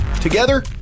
Together